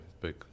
big